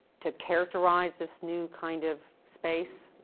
to characterize this new kind of space?